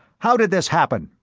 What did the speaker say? how did this happen?